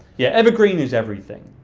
yeah evergreen is everything.